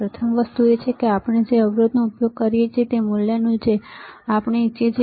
પ્રથમ વસ્તુ એ છે કે આપણે જે અવરોધનો ઉપયોગ કરી રહ્યા છીએ તે મૂલ્યનું છે કે જે આપણે ઈચ્છીએ છીએ